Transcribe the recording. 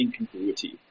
incongruity